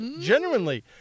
genuinely